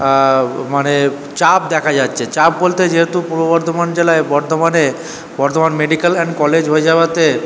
মানে চাপ দেখা যাচ্ছে চাপ বলতে যেহেতু পূর্ব বর্ধমান জেলায় বর্ধমানে বর্ধমান মেডিক্যাল অ্যান্ড কলেজ হয়ে যাওয়াতে